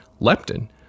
Leptin